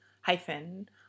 hyphen